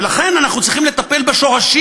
ולכן, אנחנו צריכים לטפל בשורשים.